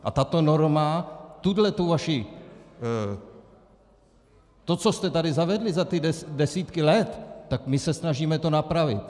A tato norma tuhle tu vaši to, co jste tady zavedli za ty desítky let, tak my se snažíme to napravit.